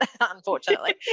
unfortunately